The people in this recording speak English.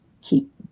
keep